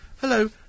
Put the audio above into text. Hello